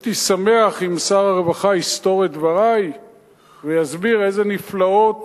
הייתי שמח אם שר הרווחה יסתור את דברי ויסביר איזה נפלאות